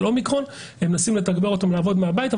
אומיקרון ומנסים לתגבר אותן לעבוד מהבית,